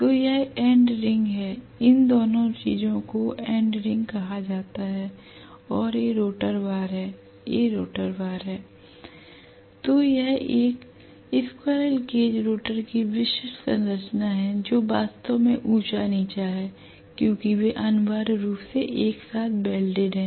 तो यह end ring है इन दोनों चीजों को एंड रिंग कहा जाता है और ये रोटर बार हैं ये रोटर बार हैं l तो यह एक स्क्वीररेल केज रोटर की विशिष्ट संरचना है जो वास्तव में ऊंचा नीचा है क्योंकि वे अनिवार्य रूप से एक साथ वेल्डेड हैं